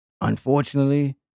Unfortunately